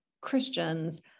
Christians